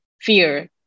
fear